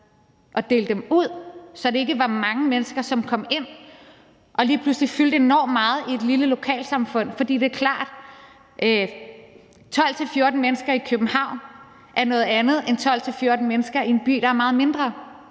at dele dem ud, så det ikke var mange mennesker, som kom ind og lige pludselig fyldte enormt meget i et lille lokalsamfund. Det er klart, at 12-14 mennesker i København er noget andet end 12-14 mennesker i en by, der er meget mindre.